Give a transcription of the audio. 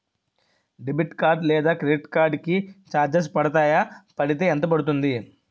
Debit card లేదా credit card కి charges పడతాయా? పడితే ఎంత పడుతుంది?